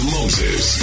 Moses